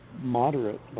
moderate